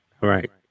right